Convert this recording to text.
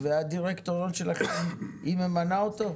והדירקטוריון שלכם, היא ממנה אותו?